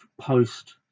post